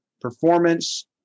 performance